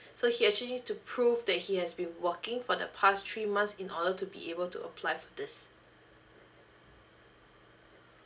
so he actually need to prove that he has been working for the past three months in order to be able to apply for this